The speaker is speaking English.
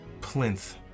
plinth